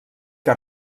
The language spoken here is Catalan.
que